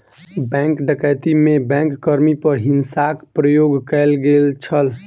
bank डकैती में bank कर्मी पर हिंसाक प्रयोग कयल गेल छल